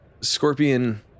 Scorpion